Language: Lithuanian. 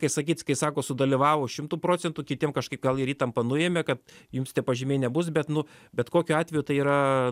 kai sakyt kai sako sudalyvavo šimtu procentų kitiem kažkaip gal ir įtampą nuėmė kad jums tie pažymiai nebus bet nu bet kokiu atveju tai yra